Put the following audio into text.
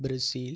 Brazil